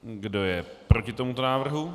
Kdo je proti tomuto návrhu?